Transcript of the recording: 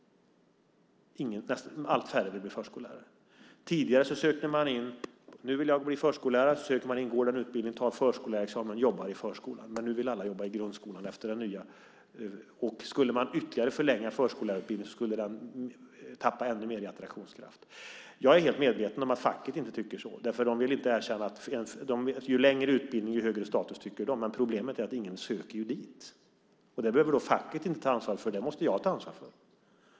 Allt färre vill bli förskollärare. Tidigare sade man: Jag vill bli förskollärare. Så sökte man in, tog förskollärarexamen och jobbade i förskola. Nu vill alla jobba i grundskolan. Skulle man ytterligare förlänga förskollärarutbildningen skulle den tappa ännu mer i attraktionskraft. Jag är helt medveten om att facket inte tycker så. Ju längre utbildning desto högre status, tycker de. Men problemet är att ingen söker dit. Det behöver facket inte ta ansvar för, det måste jag ta ansvar för.